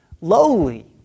lowly